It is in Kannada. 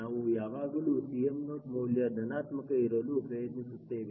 ನಾವು ಯಾವಾಗಲೂ Cm0 ಮೌಲ್ಯ ಧನಾತ್ಮಕ ಇರಲು ಪ್ರಯತ್ನಿಸುತ್ತೇವೆ